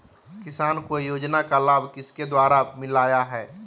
किसान को योजना का लाभ किसके द्वारा मिलाया है?